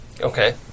Okay